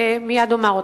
ומייד אומר אותם.